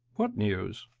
what news?